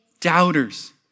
doubters